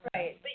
Right